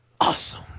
awesome